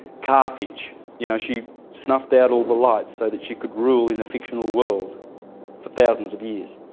carthage you know, she snuffed out all the lights so that she could rule in the fictional world for thousands of years.